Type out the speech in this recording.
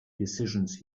decisions